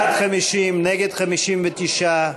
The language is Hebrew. בעד, 50, נגד, 59,